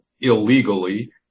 illegally